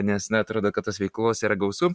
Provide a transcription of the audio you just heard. nes na atrodo kad tos veiklos yra gausu